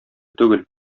түгел